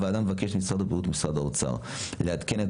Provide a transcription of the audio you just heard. הוועדה מבקשת ממשרד הבריאות ומשרד האוצר לעדכן את